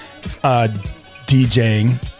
DJing